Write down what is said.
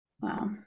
wow